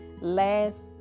last